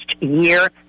year